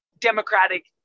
democratic